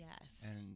yes